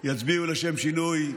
יצביעו בעד, לשם שינוי.